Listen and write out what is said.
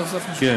כן.